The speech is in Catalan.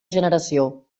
generació